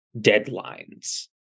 deadlines